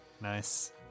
Nice